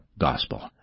gospel